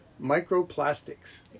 microplastics